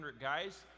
guys